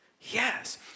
Yes